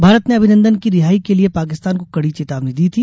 भारत ने अभिनन्दन की रिहाई के लिये पाकिस्तान को कड़ी चेतावनी दी थी